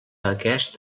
aquest